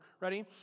Ready